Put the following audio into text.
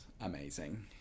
amazing